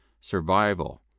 survival